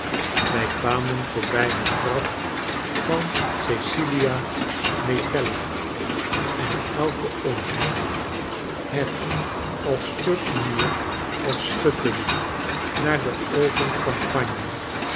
wij kwamen voorbij het graf van cecilia metella en elke omheining heg of stuk muur of schutting naar de open